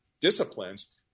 disciplines